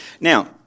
Now